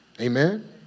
Amen